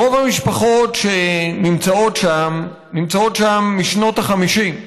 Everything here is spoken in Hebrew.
רוב המשפחות שנמצאות שם נמצאות שם משנות ה-50.